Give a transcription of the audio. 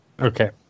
Okay